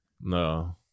No